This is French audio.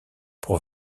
pour